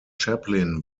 chaplin